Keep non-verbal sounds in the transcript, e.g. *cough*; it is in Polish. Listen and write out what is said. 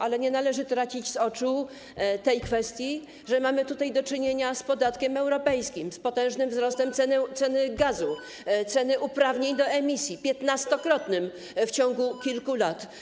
Ale nie należy tracić z oczu tej kwestii, że mamy tutaj do czynienia z podatkiem europejskim, z potężnym wzrostem *noise* ceny gazu, ceny uprawnień do emisji, 15-krotnym w ciągu kilku lat.